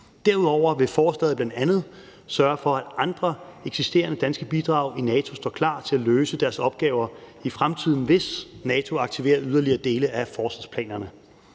Derudover vil forslaget bl.a. sørge for, at andre eksisterende danske bidrag i NATO står klar til at løse deres opgaver i fremtiden, hvis NATO aktiverer yderligere dele af forsvarsplanerne.